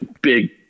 big